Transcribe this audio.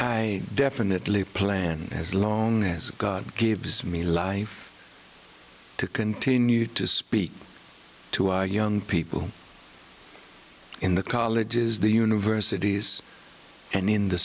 i definitely plan as long as god gives me life to continue to speak to our young people in the colleges the universities and in the